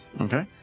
Okay